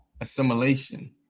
assimilation